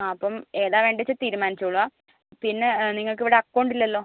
ആ അപ്പം ഏതാ വേണ്ടേച്ചാ തീരുമാച്ചോളുക പിന്നെ നിങ്ങൾക്ക് ഇവിടെ അക്കൗണ്ട് ഇല്ലല്ലൊ